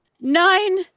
nine